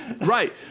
Right